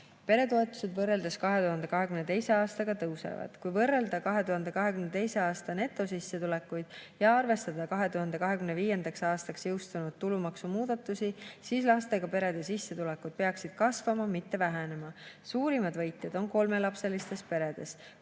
Peretoetused võrreldes 2022. aastaga tõusevad. Kui võrrelda 2022. aasta netosissetulekuid ja arvestada 2025. aastaks jõustunud tulumaksumuudatusi, siis lastega perede sissetulekud peaksid kasvama, mitte vähenema. Suurimad võitjad on kolmelapselistes peredes.